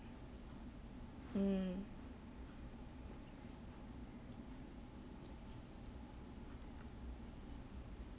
mm